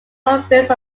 province